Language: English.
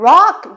Rock